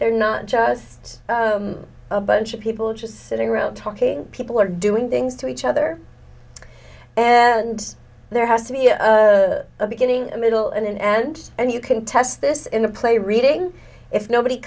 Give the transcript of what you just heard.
they're not just a bunch of people just sitting around talking people are doing things to each other and there has to be a beginning a middle and an end and you can test this in a play reading if nobody